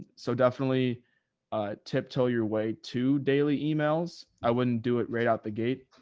so definitely a tip toe your way to daily emails. i wouldn't do it right out the gate,